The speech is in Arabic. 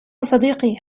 صديقي